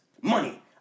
money